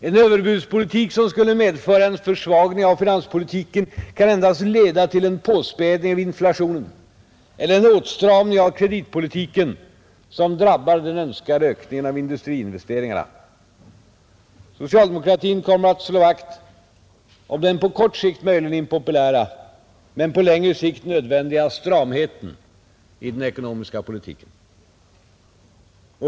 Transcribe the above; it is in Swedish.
En överbudspolitik som skulle medföra en försvagning av finanspolitiken kan endast leda till en påspädning av inflationen eller till en åtstramning av kreditpolitiken som drabbar den önskade ökningen av industriinvesteringarna. Socialdemokratin kommer att slå vakt om den på kort sikt möjligen impopulära men på längre sikt nödvändiga stramheten i den ekonomiska politiken.